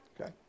Okay